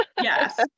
Yes